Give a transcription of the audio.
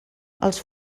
els